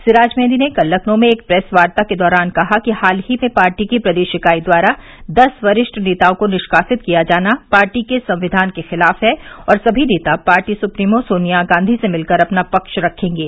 सिराज मेहंदी ने कल लखनऊ में एक प्रेस वार्ता के दौरान कहा कि हाल ही में पार्टी की प्रदेश इकाई द्वारा दस वरिष्ठ नेताओं को निष्कासित किया जाना पार्टी के संविधान के खिलाफ है और सभी नेता पार्टी सुप्रीमो सोनिया गांधी से मिलकर अपना पक्ष रखेंगे